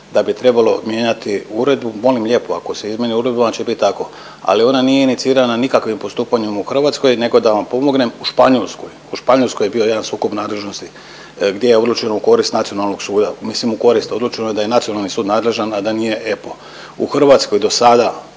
da bi trebalo mijenjati uredbu, molim lijepo ako se izmijeni uredba onda će biti tako. Ali ona nije inicirana nikakvim postupanjem u Hrvatskoj nego da vam pomognem u Španjolskoj. U Španjolskoj je bio jedan sukob nadležnosti gdje je odlučeno u korist nacionalnog suda. Mislim u korist, odlučeno je da je nacionalni sud nadležan, a da nije EPPO. U Hrvatskoj do sada